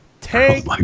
Take